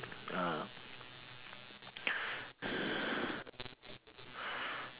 ah